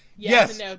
Yes